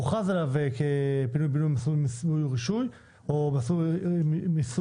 שהוכרז עליו פינוי-בינוי במסלול רישוי או מיסוי,